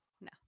no